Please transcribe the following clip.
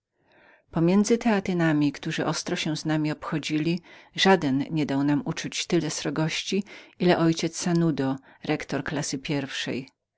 pomiędzy teatynami którzy surowo się z nami obchodzili żaden nie dał nam uczuć tyle srogości ile ojciec sanudo rektor pierwszej